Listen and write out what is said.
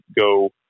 go